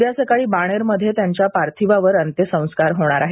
उद्या सकाळी बाणेरमध्ये त्यांच्या पार्थिवावर अत्यसंस्कार होणार आहेत